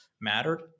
mattered